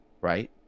right